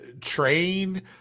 train